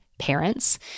parents